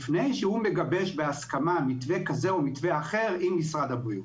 לפני שהוא מגבש בהסכמה מתווה כזה או מתווה אחר עם משרד הבריאות.